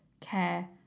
care